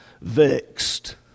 Vexed